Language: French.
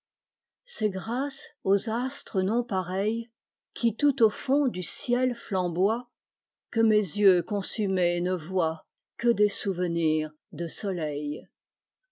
c'est grâce aux astres nonpareils qui tout au fond du ciel flamboient que mes yeux consumés ne voientque des souvenirs de soleils